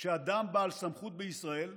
שאדם בעל סמכות בישראל,